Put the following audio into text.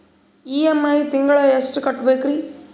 EMI ತಿಂಗಳ ಎಷ್ಟು ಕಟ್ಬಕ್ರೀ?